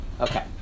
Okay